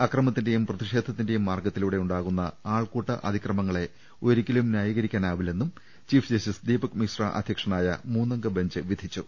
അക്രമത്തിന്റെയും പ്രതിഷേധ ത്തിന്റെയും മാർഗ്ഗത്തിലൂടെ ഉണ്ടാകുന്ന ആൾക്കൂട്ട അതിക്രമങ്ങളെ ഒരി ക്കലും നൃായീകരിക്കാനാവില്ലെന്നും ചീഫ് ജസ്റ്റിസ് ദ്രീപക് മിശ്ര അധ്യക്ഷ നായ മൂന്നംഗ ബെഞ്ച് വിധിച്ചു